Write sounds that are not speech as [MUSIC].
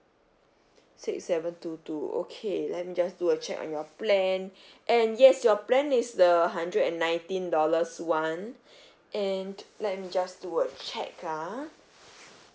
six seven two two okay let me just do a check on your plan [BREATH] and yes your plan is the hundred and nineteen dollars [one] [BREATH] and let me just do a check ah